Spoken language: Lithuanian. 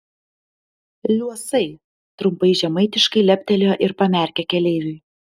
liuosai trumpai žemaitiškai leptelėjo ir pamerkė keleiviui